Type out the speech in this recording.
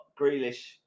Grealish